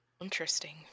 interesting